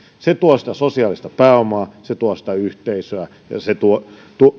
se tuo sitä sosiaalista pääomaa se tuo sitä yhteisöä ja se tuo